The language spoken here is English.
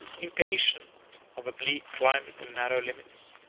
impatient of a bleak climate and narrow limits,